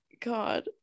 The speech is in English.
god